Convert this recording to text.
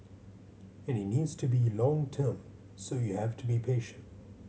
and it needs to be long term so you have to be patient